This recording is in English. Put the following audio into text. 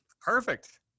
Perfect